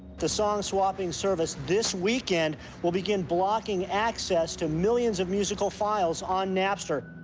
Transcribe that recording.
to song swapping service this weekend will begin blocking access to millions of musical files on napster.